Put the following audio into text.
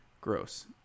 Gross